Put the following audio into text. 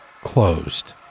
closed